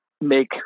make